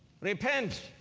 Repent